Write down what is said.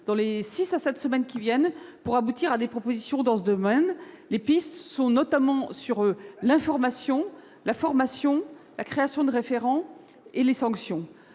dans les six à sept semaines qui viennent, afin d'aboutir à des propositions. Ces dernières porteront notamment sur l'information, la formation, la création de référent et les sanctions.